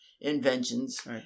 inventions